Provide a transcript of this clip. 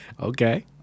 Okay